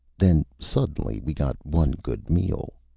then suddenly, we got one good meal.